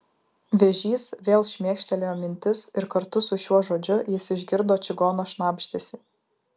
vėžys vėl šmėkštelėjo mintis ir kartu su šiuo žodžiu jis išgirdo čigono šnabždesį